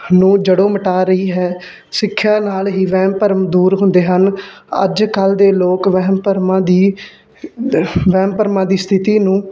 ਨੂੰ ਜੜੋਂ ਮਿਟਾ ਰਹੀ ਹੈ ਸਿੱਖਿਆ ਨਾਲ ਹੀ ਵਹਿਮ ਭਰਮ ਦੂਰ ਹੁੰਦੇ ਹਨ ਅੱਜ ਕੱਲ੍ਹ ਦੇ ਲੋਕ ਵਹਿਮ ਭਰਮਾਂ ਦੀ ਵਹਿਮ ਭਰਮਾਂ ਦੀ ਸਥਿਤੀ ਨੂੰ